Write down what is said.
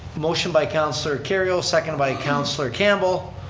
motion by councilor kerrio, second by councilor campbell.